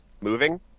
moving